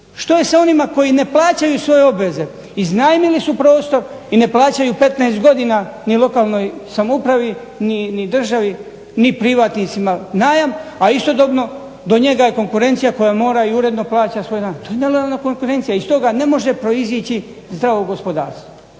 Što je sa onima koji ne plaćaju svoje obveze? Iznajmili su prostor i ne plaćaju 15 godina ni lokalnoj samoupravi ni državi ni privatnicima najam, a istodobno do njega je konkurencija koja mora i uredno plaća svoj najam. To je nelojalna konkurencija. I iz toga ne može proizaći zdravo gospodarstvo.